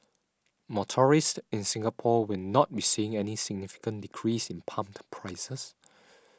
motorists in Singapore will not be seeing any significant decrease in pump prices